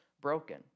broken